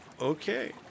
Okay